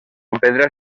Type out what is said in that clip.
pedra